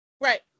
Right